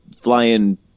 flying